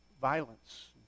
violence